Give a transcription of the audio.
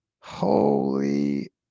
holy